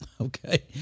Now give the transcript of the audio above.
Okay